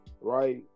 right